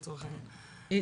לצורך העניין,